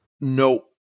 No